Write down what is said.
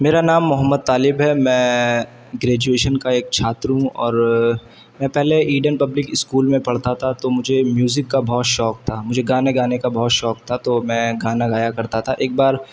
میرا نام محمد طالب ہے میں گریجویشن کا ایک چھاتر ہوں اور میں پہلے ایڈن پبلک اسکول میں پڑھتا تھا تو مجھے میوزک کا بہت شوق تھا مجھے گانے گانے کا بہت شوق تھا تو میں گانا گایا کرتا تھا ایک بار